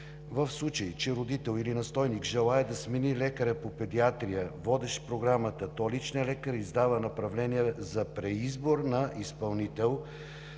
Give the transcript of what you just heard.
В случай че родител или настойник желае да смени лекаря по педиатрия, водещ Програмата, то личният лекар издава направление за преизбор на изпълнител